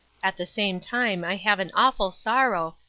at the same time i have an awful sorrow,